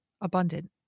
abundant